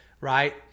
right